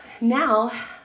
Now